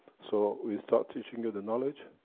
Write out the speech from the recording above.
so, we start teaching you the knowledge,